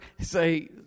say